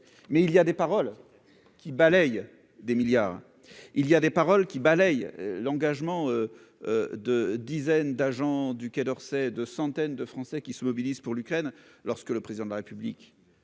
Mais certaines paroles balayent des milliards, balayent l'engagement de dizaines d'agents du Quai d'Orsay, de centaines de Français qui se mobilisent pour l'Ukraine. Lorsque le Président de la République